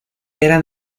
era